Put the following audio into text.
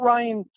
Ryan